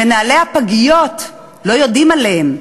מנהלי הפגיות לא יודעים עליהם.